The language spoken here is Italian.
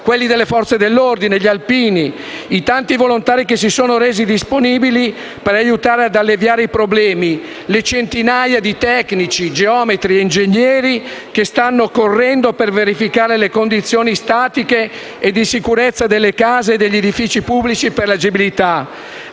quelli delle Forze dell'ordine, gli alpini, i tanti volontari che si sono resi disponibili per aiutare ad alleviare i problemi; le centinaia di tecnici, geometri e ingegneri che stanno correndo per verificare le condizioni statiche e di sicurezza delle case e degli edifici pubblici per l'agibilità.